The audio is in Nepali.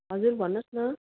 हजुर भन्नुहोस् न